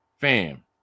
fam